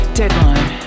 deadline